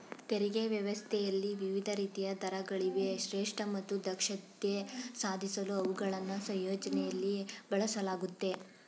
ತೆರಿಗೆ ವ್ಯವಸ್ಥೆಯಲ್ಲಿ ವಿವಿಧ ರೀತಿಯ ದರಗಳಿವೆ ಶ್ರೇಷ್ಠ ಮತ್ತು ದಕ್ಷತೆ ಸಾಧಿಸಲು ಅವುಗಳನ್ನ ಸಂಯೋಜನೆಯಲ್ಲಿ ಬಳಸಲಾಗುತ್ತೆ